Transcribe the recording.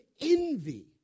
envy